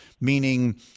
meaning